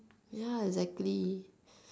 ya exactly